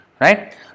right